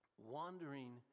wandering